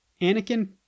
Anakin